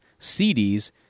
CDs